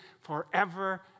forever